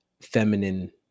feminine